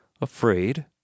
Afraid